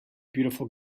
beautiful